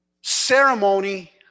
ceremony